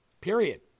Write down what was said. Period